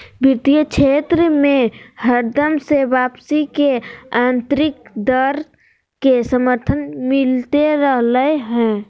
वित्तीय क्षेत्र मे हरदम से वापसी के आन्तरिक दर के समर्थन मिलते रहलय हें